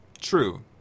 true